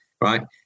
Right